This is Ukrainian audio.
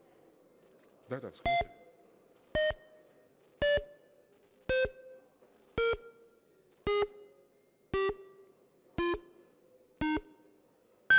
Дякую.